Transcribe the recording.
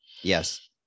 Yes